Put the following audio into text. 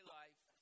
life